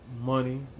Money